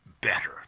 better